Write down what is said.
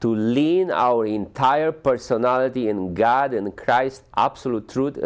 to lean our entire personality in god in the christ absolute truth